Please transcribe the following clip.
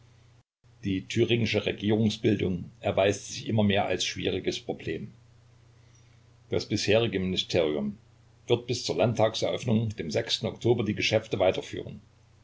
die thüringische regierungsbildung erweist sich immer mehr als schwieriges problem das bisherige ministerium wird bis zur landtagseröffnung dem oktober die geschäfte weiterführen